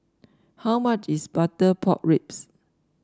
how much is Butter Pork Ribs